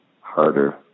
harder